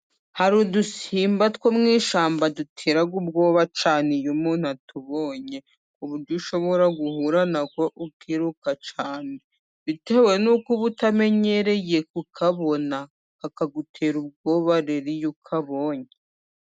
Hari udusimba two mu ishyamba dutera ubwoba cyane iyo umuntu atubonye. Ku buryo ushobora guhura nako ukiruka cyane bitewe n'uko uba utamenyereye kukabona kagutera ubwoba rero iyo ukabonye.